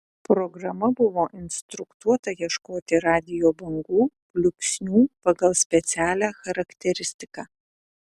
programa buvo instruktuota ieškoti radijo bangų pliūpsnių pagal specialią charakteristiką